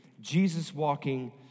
Jesus-walking